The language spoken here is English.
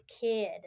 kid